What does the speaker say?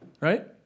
right